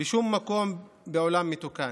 בשום מקום בעולם מתוקן.